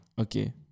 Okay